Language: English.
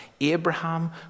Abraham